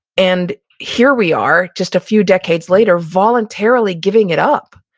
and here we are, just a few decades later, voluntarily giving it up.